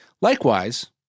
Likewise